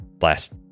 last